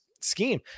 scheme